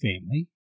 family